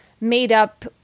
made-up